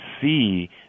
see